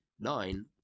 nine